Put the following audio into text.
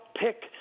pick